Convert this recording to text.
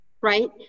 right